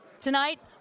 Tonight